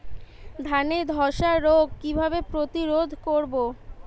ধানে ধ্বসা রোগ কিভাবে প্রতিরোধ করব?